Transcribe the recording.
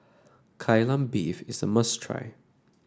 Kai Lan Beef is a must try